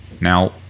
now